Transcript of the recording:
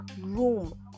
room